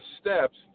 steps